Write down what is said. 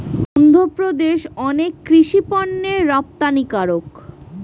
অন্ধ্রপ্রদেশ অনেক কৃষি পণ্যের রপ্তানিকারক